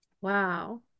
Wow